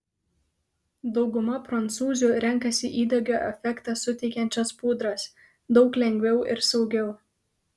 dauguma prancūzių renkasi įdegio efektą suteikiančias pudras daug lengviau ir saugiau